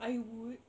I would